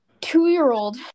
Two-year-old